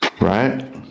right